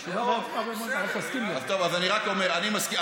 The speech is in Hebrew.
אז אני רק אומר, אני מסכים.